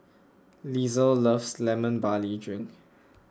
Lisle loves Lemon Barley Drink